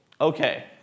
okay